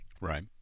Right